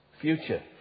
future